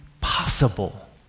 possible